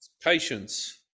patience